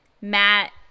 Matt